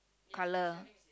colour